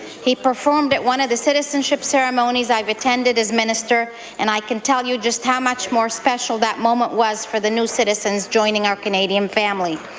he performed at one of the citizenship ceremonies i've attended as minister and i can tell you just how much more special that was for the new citizens joining our canadian families.